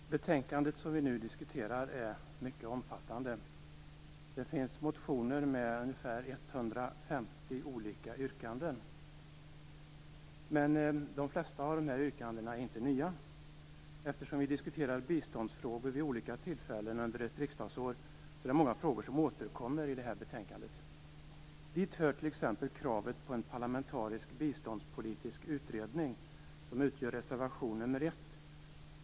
Fru talman! Det betänkande som vi nu diskuterar är mycket omfattande. Det finns motioner med ungefär 150 olika yrkanden. De flesta av yrkandena är inte nya. Eftersom vi diskuterar biståndsfrågor vid olika tillfällen under ett riksdagsår är det många frågor som återkommer i detta betänkande. Dit hör kravet på en parlamentarisk biståndspolitisk utredning, som återfinns i reservation 1.